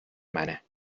منه